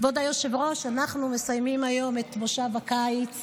כבוד היושב-ראש, אנחנו מסיימים היום את מושב הקיץ